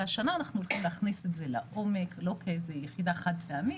השנה אנחנו הולכים להכניס את זה לעומק לא כאיזה יחידה חד פעמית,